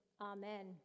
amen